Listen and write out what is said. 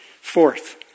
Fourth